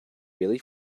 really